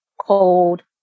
cold